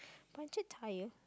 punctured tyre